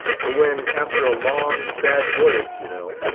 for when, after a long, sad voyage, you know,